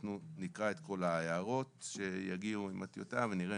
אנחנו נקרא את כל הערות שיגיעו עם הטיוטה ונראה